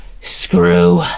Screw